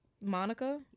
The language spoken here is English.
Monica